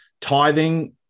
Tithing